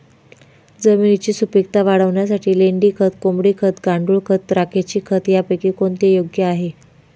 जमिनीची सुपिकता वाढवण्यासाठी लेंडी खत, कोंबडी खत, गांडूळ खत, राखेचे खत यापैकी कोणते योग्य आहे?